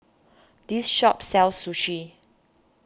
this shop sells Sushi